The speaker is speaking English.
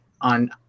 on